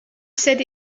said